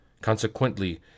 Consequently